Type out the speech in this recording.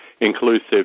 inclusive